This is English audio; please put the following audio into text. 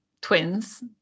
twins